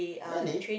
really